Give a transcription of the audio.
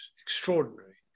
extraordinary